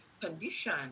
condition